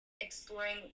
exploring